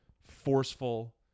forceful